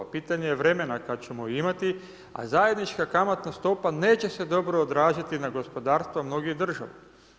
Pitanje je vremena kad ćemo je imati, a zajednička kamatna stopa neće se dobro odraziti na gospodarstvo mnogih država.